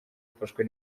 afashwe